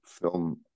film